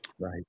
right